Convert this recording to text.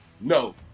No